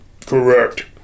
correct